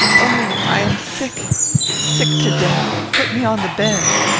oh, i am sick sick to death. put me on the bed.